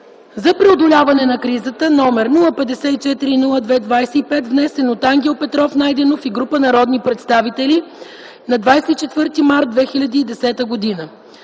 за преодоляване на кризата, № 054-02-25, внесен от Ангел Петров Найденов и група народни представители на 24.03.2010 г.